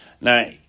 Now